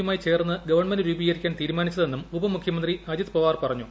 യുമായി ചേർന്ന് ഗവൺമെന്റ് രൂപീകരിക്കാൻ തീരുമാനിച്ചതെന്നും ഉപമുഖ്യമന്ത്രി അജിത് പവാർ് പറഞ്ഞു